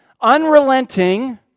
unrelenting